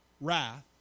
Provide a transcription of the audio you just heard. wrath